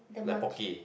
like Pocky